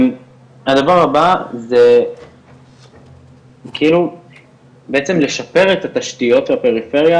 הדבר הבא בעצם לשפר את התשתיות בפריפריה,